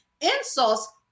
insults